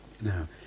Now